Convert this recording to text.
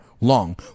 long